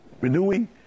renewing